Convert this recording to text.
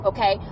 Okay